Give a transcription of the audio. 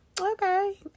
okay